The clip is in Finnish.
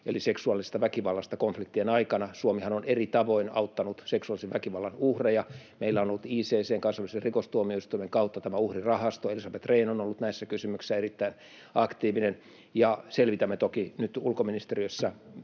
eli seksuaalisesta väkivallasta konfliktien aikana. Suomihan on eri tavoin auttanut seksuaalisen väkivallan uhreja: Meillä on ollut ICC:n, kansainvälisen rikostuomioistuimen, kautta tämä uhrirahasto. Elisabeth Rehn on ollut näissä kysymyksissä erittäin aktiivinen. Selvitämme toki nyt ulkoministeriössä,